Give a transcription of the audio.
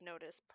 notice